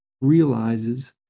realizes